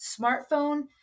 smartphone